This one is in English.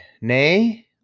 Nay